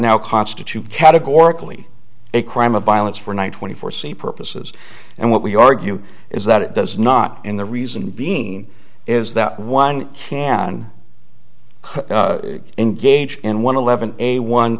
now constitute categorically a crime of violence for ny twenty four c purposes and what we argue is that it does not in the reason being is that one can engage in one eleven a one